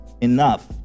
enough